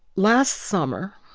last summer,